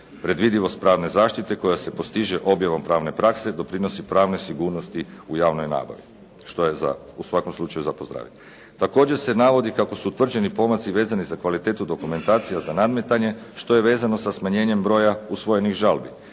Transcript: Predvidivost pravne zaštite koja se postiže objavom pravne prakse doprinosi pravnoj sigurnosti u javnoj nabavi, što je u svakom slučaju za pozdraviti. Također se navodi kako su utvrđeni pomaci vezani za kvalitetu dokumentacija za nadmetanje, što je vezano sa smanjenjem broja usvojenih žalbi,